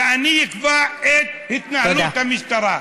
ואני אקבע את התנהלות המשטרה,